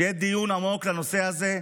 שיהיה דיון עמוק בנושא הזה,